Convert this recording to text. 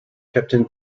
captain